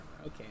Okay